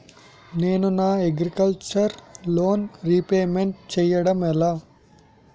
నేను నా agriculture loan repayment చేయడం ఎలా?